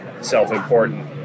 self-important